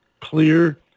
clear